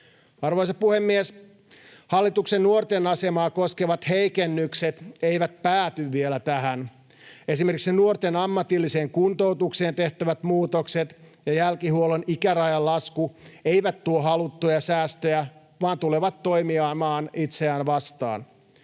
Arvoisa puhemies! Hallituksen nuorten asemaa koskevat heikennykset eivät pääty vielä tähän. Esimerkiksi nuorten ammatilliseen kuntoutukseen tehtävät muutokset ja jälkihuollon ikärajan lasku eivät tuo haluttuja säästöjä vaan tulevat toimimaan itseään vastaan.